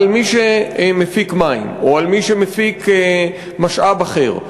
על מי שמפיק מים או על מי שמפיק משאב אחר.